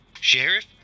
Sheriff